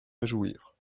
réjouir